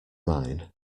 mine